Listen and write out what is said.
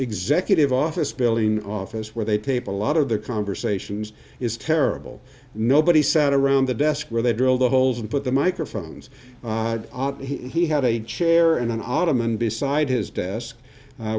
executive office building office where they tape a lot of their conversations is terrible nobody sat around the desk where they drilled the holes and put the microphones out he had a chair and an ottoman beside his desk